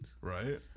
Right